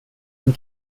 and